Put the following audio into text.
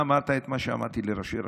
אתה אמרת את מה שאמרתי לראשי הרשויות,